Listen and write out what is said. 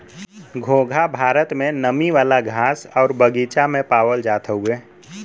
घोंघा भारत में नमी वाला घास आउर बगीचा में पावल जात हउवे